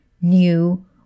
new